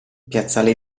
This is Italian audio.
piazzale